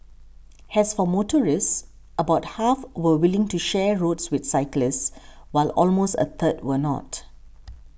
as for motorists about half were willing to share roads with cyclists while almost a third were not